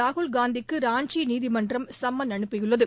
ராகுல்காந்திக்கு ராஞ்சி நீதிமன்றம் சம்மன் அனுப்பியுள்ளது